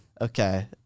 Okay